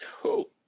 Cool